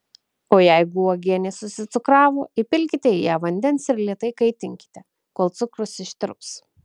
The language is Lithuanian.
o jeigu uogienė susicukravo įpilkite į ją vandens ir lėtai kaitinkite kol cukrus ištirps